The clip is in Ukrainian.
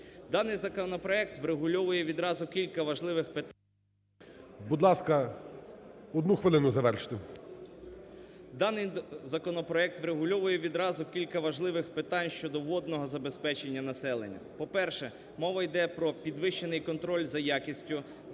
Даний законопроект врегульовує відразу кілька важливих питань щодо водного забезпечення населення. По-перше, мова йде про підвищений контроль за якістю питаної